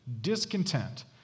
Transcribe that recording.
discontent